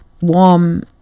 warm